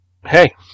hey